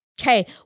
okay